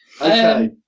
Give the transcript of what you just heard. Okay